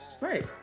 Right